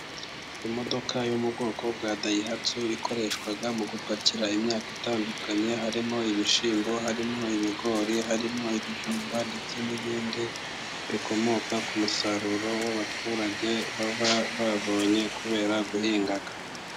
Imodoka yo mu bwoko bwa dayihatso ikoreshwa mu gupakira imyaka itandukanye harimo ibishyimbo, harimo ibigori, harimo ibijumba ndetse n'ibindi bikomoka ku musaruro w'abaturage baba babonye kubera guhinga.